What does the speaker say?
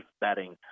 betting